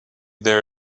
there